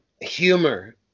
humor